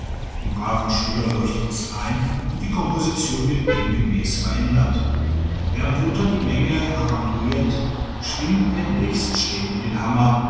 dem braven schüler leuchtet es ein und die komposition wird demgemäß verändert während luther die menge haranguiert schwingt der nächststehende den hammer